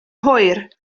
hwyr